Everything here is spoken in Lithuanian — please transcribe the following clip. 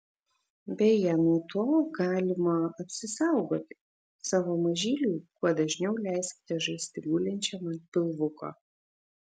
beje nuo to galima apsisaugoti savo mažyliui kuo dažniau leiskite žaisti gulinčiam ant pilvuko